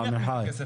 עמיחי.